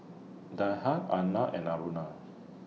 Arnab and Aruna